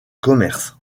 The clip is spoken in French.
commerce